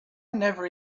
never